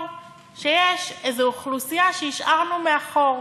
שיש איזו אוכלוסייה שהשארנו מאחור,